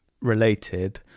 related